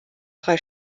drei